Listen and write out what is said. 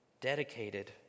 dedicated